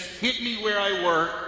hit-me-where-I-work